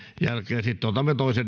jälkeen sitten otamme toisen